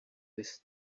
with